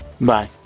Bye